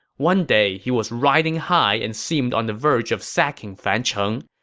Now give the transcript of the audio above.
one day, he was riding high and seemed on the verge of sacking fancheng.